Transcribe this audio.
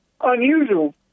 unusual